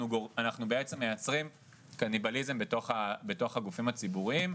אנחנו בעצם מייצרים קניבליזם בתוך הגופים הציבוריים,